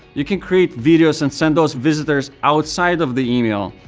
you can create videos and send those visitors outside of the email.